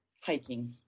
hiking